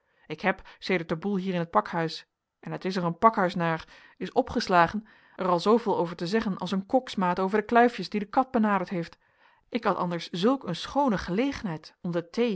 ik heb sedert de boel hier in t pakhuis en t is er een pakhuis naar is opgeslagen er al zooveel over te zeggen als een koksmaatje over de kluifjes die de kat benaderd heeft ik had anders zulk een schoone gelegenheid om de